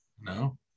No